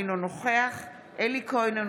אינו נוכח אלי כהן,